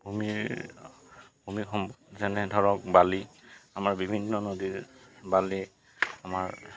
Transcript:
ভূমিৰ ভূমি সম্পদ যেনে ধৰক বালি আমাৰ বিভিন্ন নদীৰ বালি আমাৰ